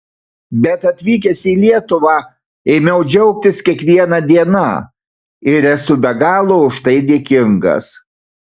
bet atvykęs į lietuvą ėmiau džiaugtis kiekviena diena ir esu be galo už tai dėkingas